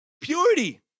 Purity